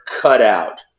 cutout